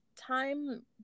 time